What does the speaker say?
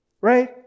Right